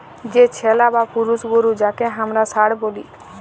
যে ছেলা বা পুরুষ গরু যাঁকে হামরা ষাঁড় ব্যলি